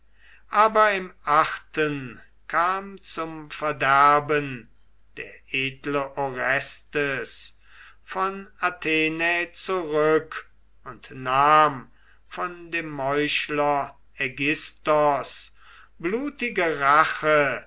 aber im achten kam zum verderben der edle orestes von athenai zurück und nahm von dem meuchler aigisthos blutige rache